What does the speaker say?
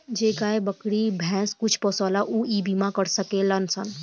जे गाय, बकरी, भैंस कुछो पोसेला ऊ इ बीमा करा सकेलन सन